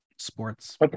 sports